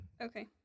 Okay